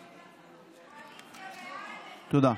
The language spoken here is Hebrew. תודה.